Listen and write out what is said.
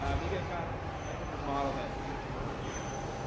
um maybe i've got a different model that needs more documentation.